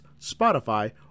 Spotify